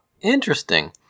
Interesting